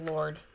Lord